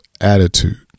attitude